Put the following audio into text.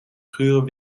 gure